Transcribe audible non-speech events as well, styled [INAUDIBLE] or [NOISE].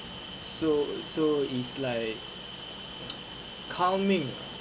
so so is like [NOISE] calming